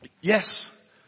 Yes